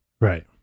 Right